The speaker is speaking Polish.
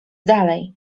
dalej